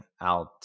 out